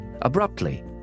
Abruptly